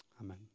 Amen